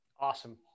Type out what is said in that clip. Awesome